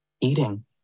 eating